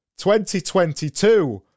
2022